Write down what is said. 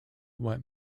what